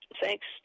thanks